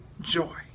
joy